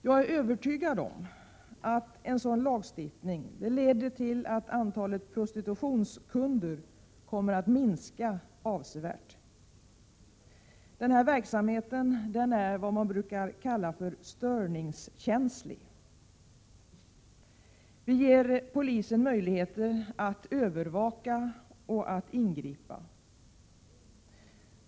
Jag är övertygad om att en lagstiftning leder till att antalet prostitutions kunder kommer att minska avsevärt. Denna verksamhet är vad man brukar kalla störningskänslig. Vi ger polisen möjlighet att övervaka och ingripa.